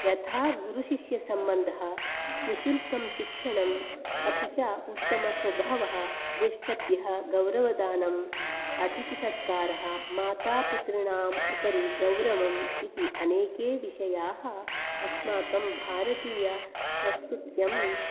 यथा गुरुशिष्यसम्बन्धः निःशुल्कं शिक्षणम् अपि च उत्तमस्वभावः ज्येष्ठेभ्यः गौरवदानम् अतिथिसत्कारः मातापितॄणाम् उपरि गौरवम् इति अनेके विषयाः अस्माकं भारतीयसंस्कृत्याम्